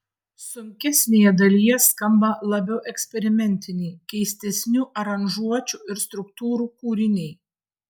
sunkesnėje dalyje skamba labiau eksperimentiniai keistesnių aranžuočių ir struktūrų kūriniai